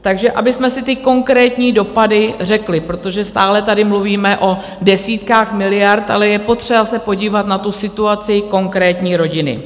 Takže abychom si ty konkrétní dopady řekli, protože stále tady mluvíme o desítkách miliard, ale je potřeba se podívat na tu situaci konkrétní rodiny.